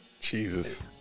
Jesus